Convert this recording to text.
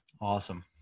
Awesome